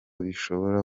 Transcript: bishobora